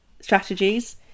strategies